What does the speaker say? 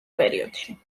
პერიოდში